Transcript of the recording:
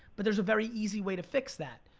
but there's a very easy way to fix that,